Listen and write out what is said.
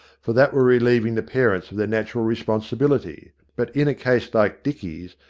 for that were relieving the parents of their natural responsibility but in a case like dicky's,